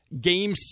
Game